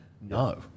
No